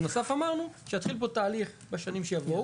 בנוסף אמרנו שיתחיל פה תהליך בשנים שיבואו